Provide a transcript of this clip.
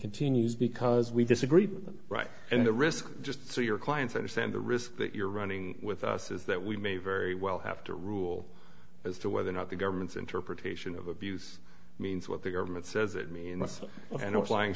continues because we disagree with them right and the risk just so your clients understand the risk that you're running with us is that we may very well have to rule as to whether or not the government's interpretation of abuse means what the government says it means and it was lying